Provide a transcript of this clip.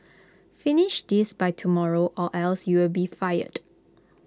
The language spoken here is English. finish this by tomorrow or else you'll be fired